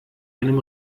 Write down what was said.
einem